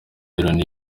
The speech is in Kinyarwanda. loni